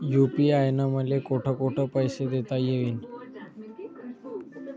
UPI न मले कोठ कोठ पैसे देता येईन?